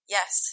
Yes